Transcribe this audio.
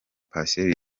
patient